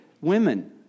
women